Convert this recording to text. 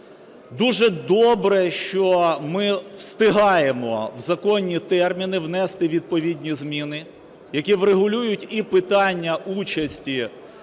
Дуже добре, що ми встигаємо в законні терміни внести відповідні зміни, які врегулюють і питання участі